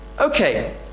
Okay